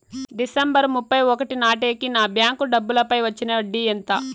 December ముప్పై ఒకటి నాటేకి నా బ్యాంకు డబ్బుల పై వచ్చిన వడ్డీ ఎంత?